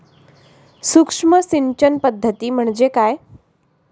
सूक्ष्म सिंचन पद्धती म्हणजे काय?